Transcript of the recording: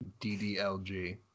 DDLG